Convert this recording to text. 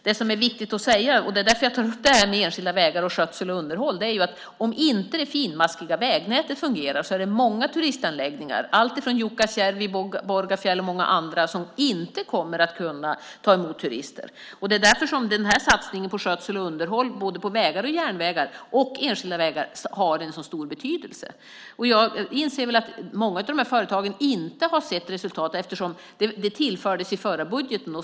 Det som är viktigt att säga - det är därför som jag tar upp detta med enskilda vägar, skötsel och underhåll - är att om det finmaskiga vägnätet inte fungerar är det många turistanläggningar - Jukkasjärvi, Borgafjäll och många andra - som inte kommer att kunna ta emot turister. Det är därför som denna satsning på skötsel och underhåll på både vägar, järnvägar och enskilda vägar har en så stor betydelse. Jag inser att många av dessa företag inte har sett resultat eftersom dessa resurser tillfördes i den förra budgeten.